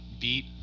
beat